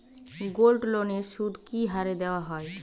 গোল্ডলোনের সুদ কি হারে দেওয়া হয়?